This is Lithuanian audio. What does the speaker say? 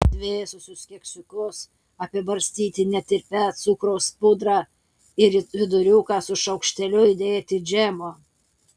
atvėsusius keksiukus apibarstyti netirpia cukraus pudra ir į viduriuką su šaukšteliu įdėti džemo